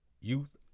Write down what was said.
youth